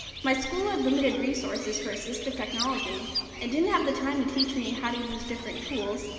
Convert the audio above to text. my school had limited resources for assistive technology and didn't have the time to teach me how to use different tools.